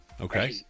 Okay